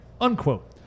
unquote